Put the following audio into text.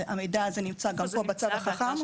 המידע הזה נמצא גם הוא בצו החכם.